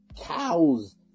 cows